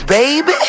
baby